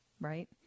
right